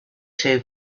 two